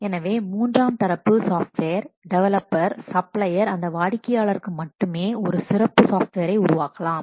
எனவே மூன்றாம் தரப்பு சாஃப்ட்வேர் டெவலப்பர் சப்ளையர் அந்த வாடிக்கையாளருக்கு மட்டுமே ஒரு சிறப்பு சாஃப்ட்வேரை உருவாக்கலாம்